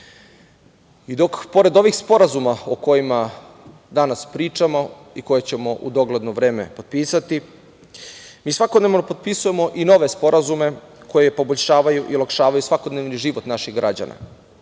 pored ovih sporazuma o kojima danas pričamo i koje ćemo u dogledno vreme potpisati, mi svakodnevno potpisujemo i nove sporazume koji poboljšavaju i olakšavaju svakodnevni život naših građana.